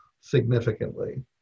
significantly